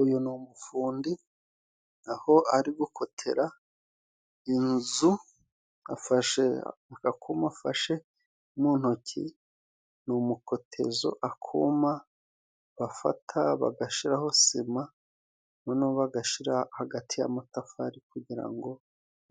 Uyu ni umufundi aho ari gukotera inzu afashe aka kuma afashe mu ntoki ni umukotezo akuma bafata bagashiraho sima noneho bagashira hagati y'amatafari kugira ngo